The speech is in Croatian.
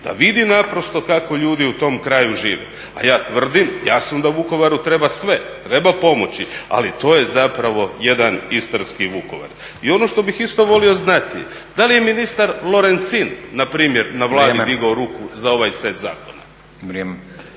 da vidi naprosto kako ljudi u tom kraju žive. A ja tvrdim jasno da Vukovaru treba sve, treba pomoći ali to je zapravo jedan istarski Vukovar. I ono što bih isto volio znati da li je ministar Lorencin npr. na vrijeme digao ruku za ovaj set zakona?